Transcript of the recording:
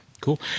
Cool